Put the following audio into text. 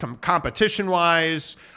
competition-wise